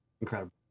Incredible